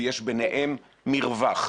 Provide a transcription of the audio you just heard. ויש ביניהם מרווח.